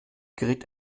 gerät